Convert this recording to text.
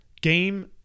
Game